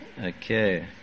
Okay